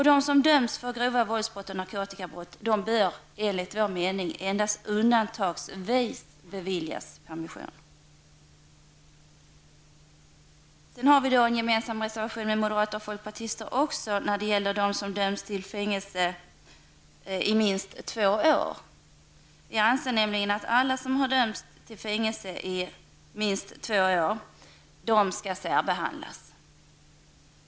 De som dömts för våldsbrott och grova narkotikabrott bör enligt vår mening endast undantagsvis beviljas permission. Vi har en gemensam reservation med moderater och folkpartister när det gäller dem som dömts till fängelse i minst två år. Vi anser nämligen att alla som har dömts till fängelse i minst två år skall särbehandlas.